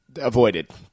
Avoided